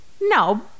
No